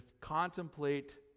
contemplate